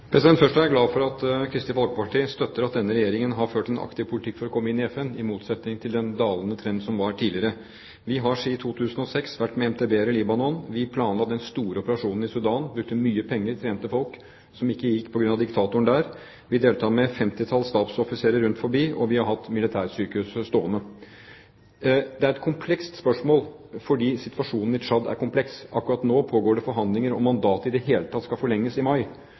Først vil jeg si at jeg er glad for at Kristelig Folkeparti støtter at denne regjeringen har ført en aktiv politikk for å komme inn i FN, i motsetning til den dalende trenden som var tidligere. Vi har siden 2006 vært til stede med MTB-er i Libanon. Vi planla den store operasjonen i Sudan, brukte mye penger og trente folk, men som ikke gikk på grunn av diktatoren der. Vi deltar med et femtitalls stabsoffiserer rundt forbi, og vi har hatt militærsykehuset stående. Det er et komplekst spørsmål fordi situasjonen i Tsjad er kompleks. Akkurat nå pågår det forhandlinger om mandatet i det hele tatt skal forlenges i mai.